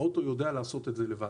האוטו יודע לעשות את זה לבד.